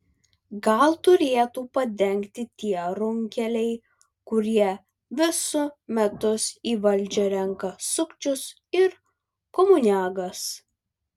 gal turėtų padengti tie runkeliai kurie visu metus į valdžią renka sukčius ir komuniagas